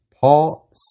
Paul